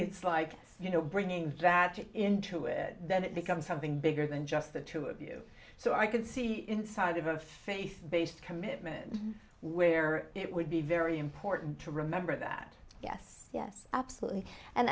it's like you know bringing that into it that it becomes something bigger than just the two of you so i could see inside of a faith based commitment where it would be very important to remember that yes yes absolutely